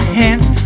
hands